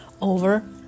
over